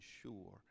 sure